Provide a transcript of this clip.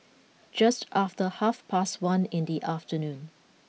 just after half past one in the afternoon